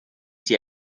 sie